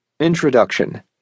Introduction